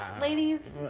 ladies